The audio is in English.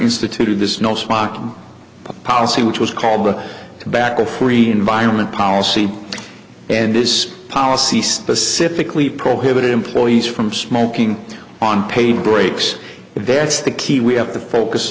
instituted this no smocking policy which was called the tobacco free environment policy and this policy specifically prohibit employees from smoking on paid breaks there it's the key we have to focus